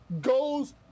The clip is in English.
goes